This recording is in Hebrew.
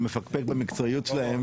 שאני מפקפק במקצועיות שלכם,